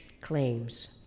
claims